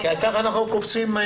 כי עכשיו אנחנו קופצים.